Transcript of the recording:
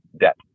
debt